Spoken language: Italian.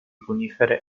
conifere